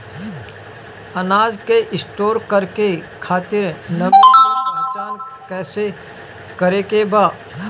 अनाज के स्टोर करके खातिर नमी के पहचान कैसे करेके बा?